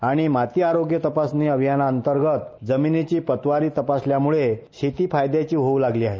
आणि माती आरोग्य तपासणी अभियानाअंतर्गत जमीनीची पत वाढी तपासल्याम्ळे शेती फायद्याची होऊ लागली आहे